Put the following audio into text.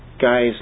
guys